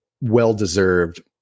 well-deserved